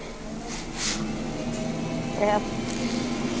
हँ इएह छै